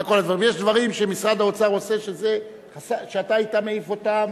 יש דברים שמשרד האוצר עושה שאתה היית מעיף אותם